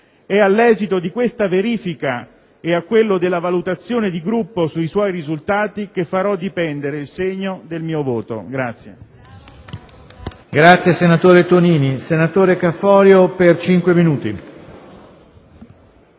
È dall'esito di questa verifica e da quello della valutazione di gruppo sui suoi risultati che farò dipendere il segno del mio voto.